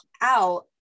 out